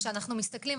כשאנחנו מסתכלים,